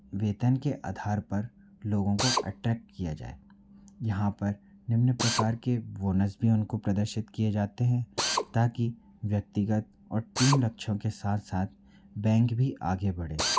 वेतन के आधार पर लोगों को अट्रैक्ट किया जाए यहाँ पर निम्न प्रकार के बोनस भी उनको प्रदर्शित किए जाते हैं ताकि व्यक्तिगत और टीम लक्षण के साथ साथ बैंक भी आगे बढ़े